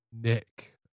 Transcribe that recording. Nick